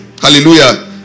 Hallelujah